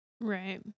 right